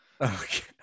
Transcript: Okay